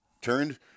turned